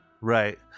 right